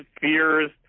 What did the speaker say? fears